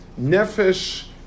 Nefesh